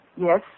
Yes